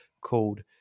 called